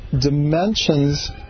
dimensions